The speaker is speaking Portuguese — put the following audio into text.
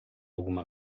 alguma